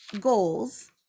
goals